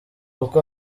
uko